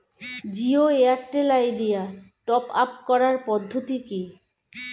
Jio Airtel Idea top up করার পদ্ধতি কি?